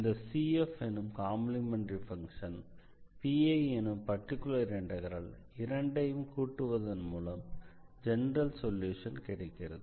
இந்த CF எனும் complementary function PI எனும் பர்டிகுலர் இண்டெக்ரல் இரண்டையும் கூட்டுவதன் மூலம் ஜெனரல் சொல்யூஷன் கிடைக்கிறது